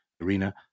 arena